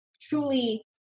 truly